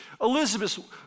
Elizabeth